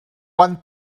van